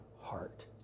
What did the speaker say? heart